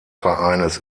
vereines